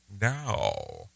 now